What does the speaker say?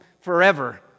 forever